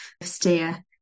steer